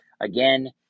Again